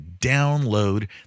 download